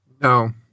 No